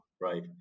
Right